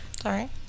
Sorry